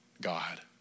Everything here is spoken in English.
God